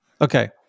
Okay